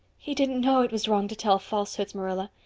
he didn't know it was wrong to tell falsehoods, marilla.